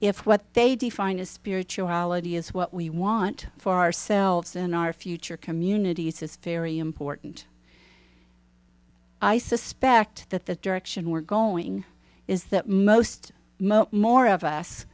if what they defined as spirituality is what we want for ourselves in our future communities is very important i suspect that the direction we're going is that most most more of us